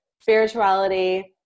spirituality